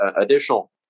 additional